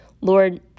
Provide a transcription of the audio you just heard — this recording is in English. Lord